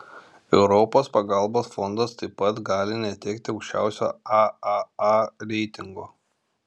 europos pagalbos fondas taip pat gali netekti aukščiausio aaa reitingo